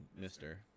mister